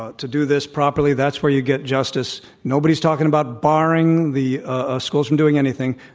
ah to do this properly. that's where you get justice. nobody's talking about barring the ah schools from doing anything.